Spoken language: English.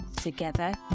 Together